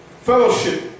fellowship